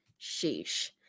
Sheesh